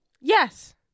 Yes